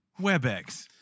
webex